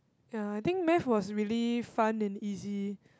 ya I think Math was really fun and easy